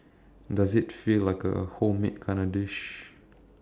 does it feel like a homemade kinda dish